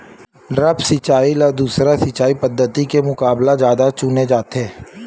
द्रप्स सिंचाई ला दूसर सिंचाई पद्धिति के मुकाबला जादा चुने जाथे